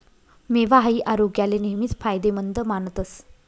मेवा हाई आरोग्याले नेहमीच फायदेमंद मानतस